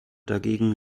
dagegen